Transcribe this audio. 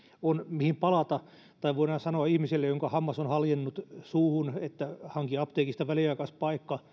kun on mihin palata tai voidaan sanoa ihmiselle jonka hammas on haljennut suuhun että hanki apteekista väliaikaispaikka